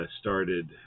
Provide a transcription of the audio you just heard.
started